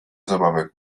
zabawek